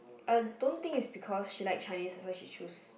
I don't think it's because she likes Chinese that's why she choose